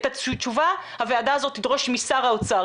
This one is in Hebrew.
את התשובה הוועדה הזאת תדרוש משרד האוצר